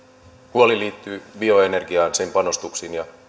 huoli liittyy bioenergiaan sen panostuksiin